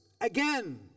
again